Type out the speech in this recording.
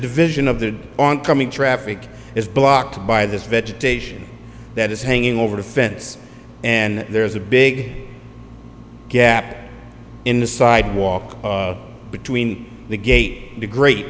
division of the oncoming traffic is blocked by this vegetation that is hanging over the fence and there's a big gap in the sidewalk between the gate to great